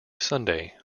sunday